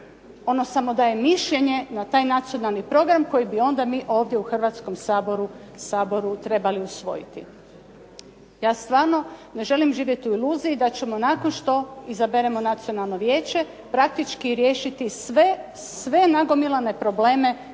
Ono samo daje mišljenje na taj Nacionalni program koji bi onda mi ovdje u Hrvatskom saboru trebali usvojiti. Ja stvarno ne želim živjeti u iluziji da ćemo nakon što izaberemo Nacionalno vijeće praktički riješiti sve nagomilane probleme